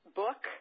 book